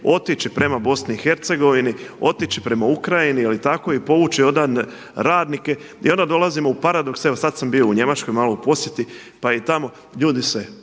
otići prema BiH, otići prema Ukrajini jeli tako i povući odande radnike. I onda dolazimo u paradoks, evo sada sam bio u Njemačkoj malo u posjeti pa i tamo, ljudi se